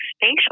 spatial